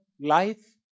life